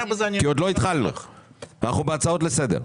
עוד לא התחלנו אלא אנחנו בהצעות לסדר.